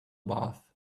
bath